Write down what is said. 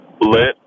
Lit